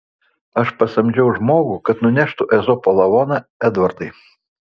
aš pasamdžiau žmogų kad nuneštų ezopo lavoną edvardai